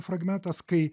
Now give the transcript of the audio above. fragmetas kai